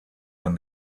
when